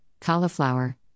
cauliflower